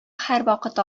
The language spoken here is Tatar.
һәрвакыт